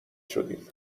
شدیم